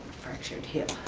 fractured hip.